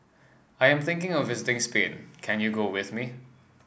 I am thinking of visiting Spain can you go with me